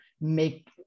make